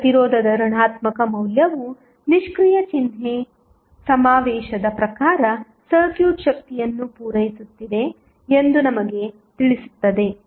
ಈಗ ಪ್ರತಿರೋಧದ ಋಣಾತ್ಮಕ ಮೌಲ್ಯವು ನಿಷ್ಕ್ರಿಯ ಚಿಹ್ನೆ ಸಮಾವೇಶದ ಪ್ರಕಾರ ಸರ್ಕ್ಯೂಟ್ ಶಕ್ತಿಯನ್ನು ಪೂರೈಸುತ್ತಿದೆ ಎಂದು ನಮಗೆ ತಿಳಿಸುತ್ತದೆ